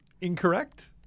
incorrect